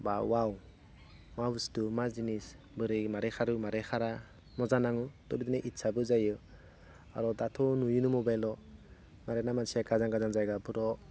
बा वाव मा बुस्तु मा जिनिस बोरै माबोरै खारो माबोरै खारा मोजां नाङो बेबायदिनो इस्साबो जायो आरो दाथ' नुयोनो मबाइलआव मानोना मानसिया गोजान गोजान जायगाफोराव